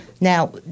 Now